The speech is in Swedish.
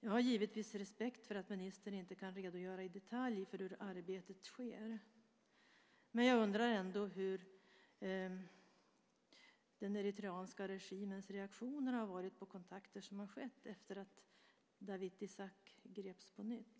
Jag har givetvis respekt för att ministern inte kan redogöra i detalj för hur arbetet sker, men jag undrar ändå hur den eritreanska regimens reaktioner har varit på kontakter som har skett efter att Dawit Isaak greps på nytt.